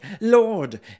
Lord